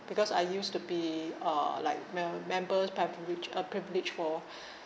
because I used to be uh like mem~ members' privilege uh privilege for